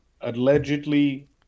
allegedly